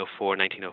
1904